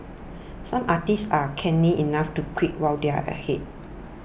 some artists are canny enough to quit while they are ahead